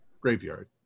graveyard